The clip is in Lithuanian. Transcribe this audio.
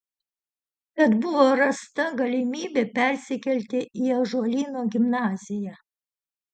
tad buvo rasta galimybė persikelti į ąžuolyno gimnaziją